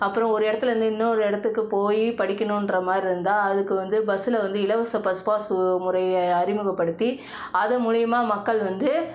அப்பறம் ஒரு இடத்துல நின்றோம் ஒரு இடத்துக்கு போய் படிக்கணுன்ற மாதிரி இருந்தால் அதுக்கு வந்து பஸ்ஸில் வந்து இலவச பஸ் பாஸ்ஸு முறையை அறிமுகப்படுத்தி அது மூலயமா மக்கள் வந்து